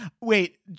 Wait